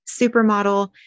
supermodel